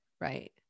right